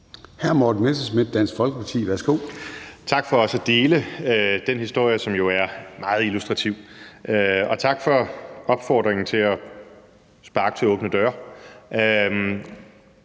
16:48 Morten Messerschmidt (DF): Tak for også at dele den historie, som jo er meget illustrativ. Og tak for opfordringen til at sparke til åbne døre.